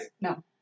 No